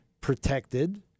protected